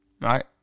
Right